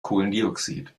kohlendioxid